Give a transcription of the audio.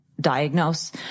diagnose